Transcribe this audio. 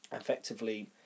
effectively